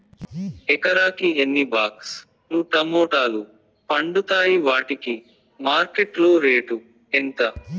ఎకరాకి ఎన్ని బాక్స్ లు టమోటాలు పండుతాయి వాటికి మార్కెట్లో రేటు ఎంత?